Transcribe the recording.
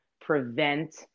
prevent